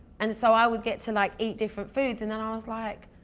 and so i would get to like eat different foods and then i was like,